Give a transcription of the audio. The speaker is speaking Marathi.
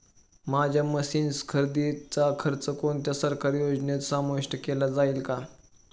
माझ्या मशीन्स खरेदीचा खर्च कोणत्या सरकारी योजनेत समाविष्ट केला जाईल का?